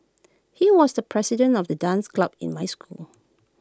he was the president of the dance club in my school